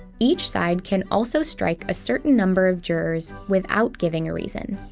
each side can also strike a certain number of jurors without giving a reason.